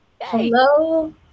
hello